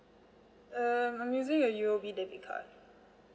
err I'm using a U_O_B debit card